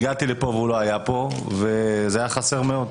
הגעתי לפה והוא לא היה פה, וזה היה חסר מאוד.